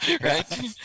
right